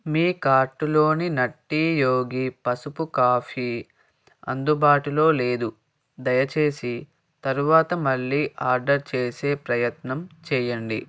మీ కార్టులోని నట్టీ యోగి పసుపు కాఫీ అందుబాటులో లేదు దయచేసి తరువాత మళ్ళీ ఆర్డర్ చేసే ప్రయత్నం చేయండి